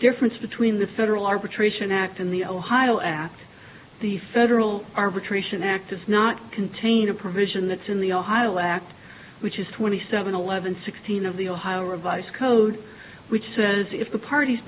difference between the federal arbitration act and the ohio act the federal arbitration act is not contain a provision that's in the ohio law act which is twenty seven eleven sixteen of the ohio revised code which says if the parties